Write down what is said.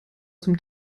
zum